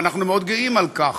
ואנחנו מאוד גאים על כך,